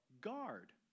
guard